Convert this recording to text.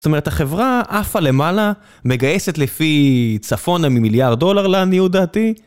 זאת אומרת, החברה עפה למעלה, מגייסת לפי צפונה ממיליארד דולר לעניות דעתי.